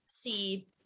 see